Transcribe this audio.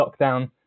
lockdown